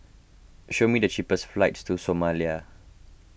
show me the cheapest flights to Somalia